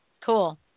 Cool